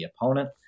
opponent